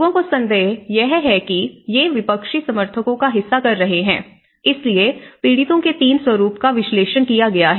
लोगों को संदेह है कि ये विपक्षी समर्थकों का हिस्सा रहे हैं इसलिए पीड़ितों के 3 स्वरूप का विश्लेषण किया गया है